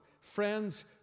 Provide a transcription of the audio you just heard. friends